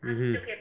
mmhmm